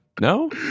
No